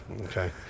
Okay